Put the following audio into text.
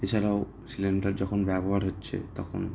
এছাড়াও সিলিন্ডার যখন ব্যবহার হচ্ছে তখন